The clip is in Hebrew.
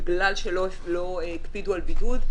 בגלל שלא הקפידו על בידוד,